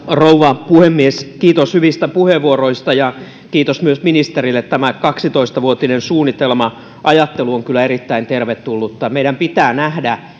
rouva puhemies kiitos hyvistä puheenvuoroista ja kiitos myös ministerille tämä kaksitoista vuotinen suunnitelma ajattelu on kyllä erittäin tervetullutta meidän pitää nähdä